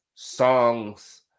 songs